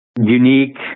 unique